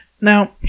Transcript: Now